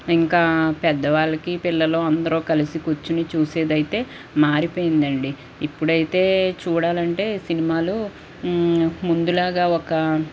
ఇంకా పెద్దవాళ్ళకి పిల్లలు అందరూ కలిసి కూర్చుని చూసేదైతే మారిపోయిందండి ఇప్పుడైతే చూడాలంటే సినిమాలు ముందులాగా ఒక